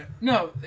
no